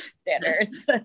standards